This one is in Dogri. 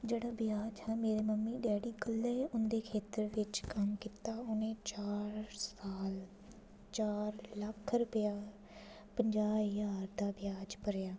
जेह्ड़ा ब्याज हा मेरे मम्मी डैडी कल्लै गै उं'दे खेत्तर बिच कम्म कीता उ'नें चार साल चार लक्ख रपेआ प'ञां ज्हार दा ब्याज भरेआ